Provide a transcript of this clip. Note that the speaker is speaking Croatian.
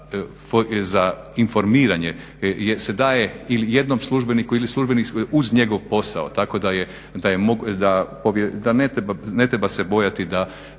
za informiranje se daje ili tom službeniku, ili službenici uz njegov posao, tako da ne treba se bojati da